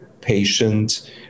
patient